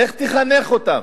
איך תחנך אותם?